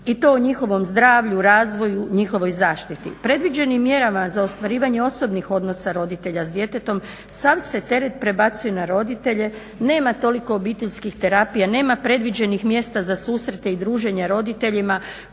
i to o njihovom zdravlju, razvoju, njihovoj zaštiti. Predviđenim mjerama za ostvarivanje osobnih odnosa roditelja s djetetom sav se teret prebacuje na roditelje, nema toliko obiteljskih terapija, nema predviđenih mjesta za susrete i druženja roditeljima